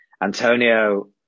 Antonio